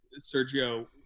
Sergio